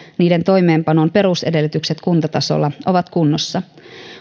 niiden toimeenpanon perusedellytykset kuntatasolla ovat kunnossa